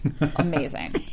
amazing